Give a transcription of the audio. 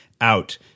out